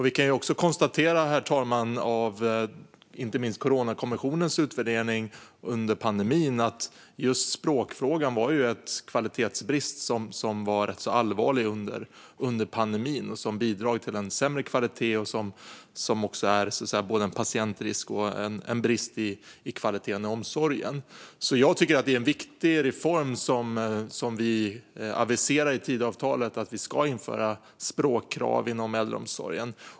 Vi kan också konstatera, herr talman, inte minst utifrån Coronakommissionens utvärdering under pandemin, att just språkfrågan var en rätt så allvarlig kvalitetsbrist då, och att den bidrog till sämre kvalitet i omsorgen. Den var också en patientrisk. Därför tycker jag att det är en viktig reform som vi aviserar i Tidöavtalet om att det ska införas språkkrav inom äldreomsorgen.